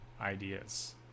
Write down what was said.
ideas